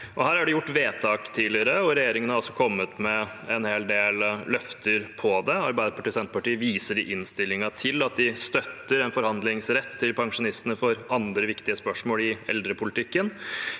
Det er gjort vedtak tidligere, og regjeringen har også kommet med en hel del løfter knyttet til dette. Arbeiderpartiet og Senterpartiet viser i innstillingen til at de støtter en forhandlingsrett for pensjonistene i andre viktige spørsmål i eldrepolitikken.